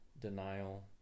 denial